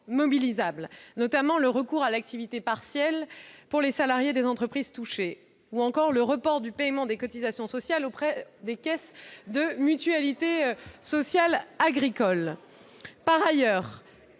mobilisables, en particulier le recours à l'activité partielle pour les salariés des entreprises touchées, ou encore le report du paiement des cotisations sociales auprès des caisses de mutualité sociale agricole. C'est